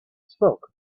spoke